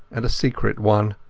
and a secret one.